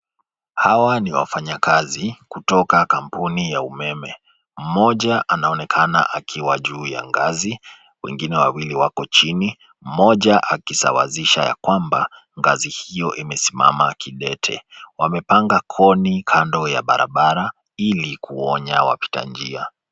Hawa ni wafanyakazi kutoka kampuni ya umeme. Mmoja anaonekana akiwa juu ya ngazi, wengine wawili wako chini, mmoja akisawazisha ya kwamba ngazi hiyo imesimama kidete. Wamepanga koni kando ya barabara ili kuonya wapita njia.